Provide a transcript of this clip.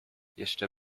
jeszcze